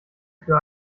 für